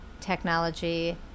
technology